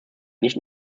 nicht